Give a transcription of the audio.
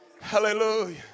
Hallelujah